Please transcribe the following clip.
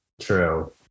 True